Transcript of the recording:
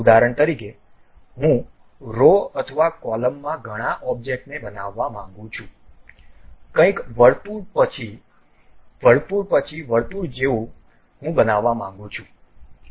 ઉદાહરણ તરીકે હું રો અથવા કોલમમાં ઘણા ઓબ્જેક્ટને બનાવવા માંગું છું કંઈક વર્તુળ પછી વર્તુળ પછી વર્તુળ જેવું હું બનાવવા માંગુ છું